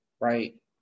right